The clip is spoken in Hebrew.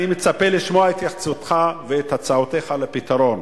אני מצפה לשמוע את התייחסותך ואת הצעותיך לפתרון.